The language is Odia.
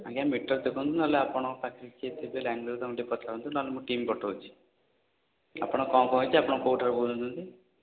ଆଜ୍ଞା ମିଟର ଦେଖନ୍ତୁ ନହେଲେ ଆପଣଙ୍କ ପାଖରେ କିଏ ଥିବେ ଲାଇନ୍ର ତାକୁ ଟିକେ ପଠାନ୍ତୁ ନହେଲେ ମୁଁ ଟିମ୍ ପଠାଉଛି ଆପଣଙ୍କର କ'ଣ କ'ଣ ହେଇଛି ଆପଣ କେଉଁ ଠାରୁ କହୁଛନ୍ତି